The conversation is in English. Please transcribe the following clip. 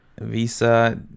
Visa